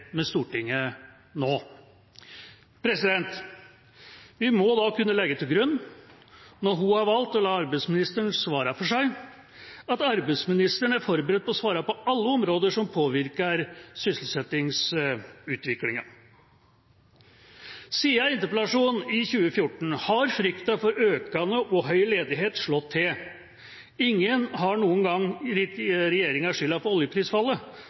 med Stortinget nå. Vi må da kunne legge til grunn, når hun har valgt å la arbeidsministeren svare for seg, at arbeidsministeren er forberedt på å svare på alle områder som påvirker sysselsettingsutviklingen. Siden interpellasjonen i 2014 har frykten for økende og høy ledighet slått til. Ingen har noen gang gitt regjeringa skylden for oljeprisfallet,